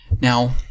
now